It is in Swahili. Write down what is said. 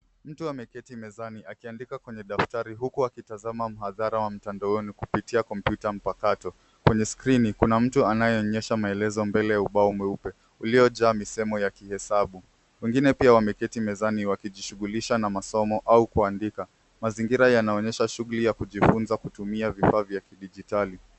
Mtu ameketi mezani akiandika kwenye daftari huku akitazama mhadhara wa mtandaoni kupitia kompyuta mpakato. Kwenye skrini kuna mtu anayeonyesha maelezo mbele ya ubao mweupe uliojaa misemo ya kihesabu. Wengine pia wameketi mezani wakijishughulisha na masomo au kuandika. Mazingira yanaonyesha shughuli ya kujifunza kutumia vifaa vya kidijitali.